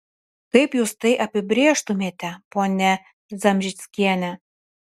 kaip jūs tai apibrėžtumėte ponia zamžickiene